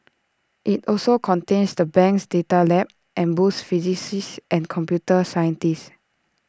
IT also contains the bank's data lab and boasts physicists and computer scientists